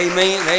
Amen